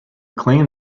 claim